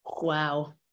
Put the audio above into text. Wow